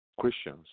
Christians